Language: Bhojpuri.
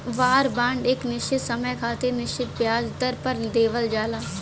वार बांड एक निश्चित समय खातिर निश्चित ब्याज दर पर देवल जाला